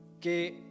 que